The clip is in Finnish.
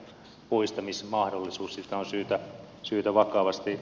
sitä on syytä vakavasti harkita